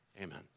Amen